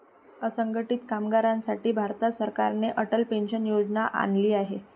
असंघटित कामगारांसाठी भारत सरकारने अटल पेन्शन योजना आणली आहे